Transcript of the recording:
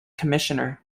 commissioner